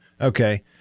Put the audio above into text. Okay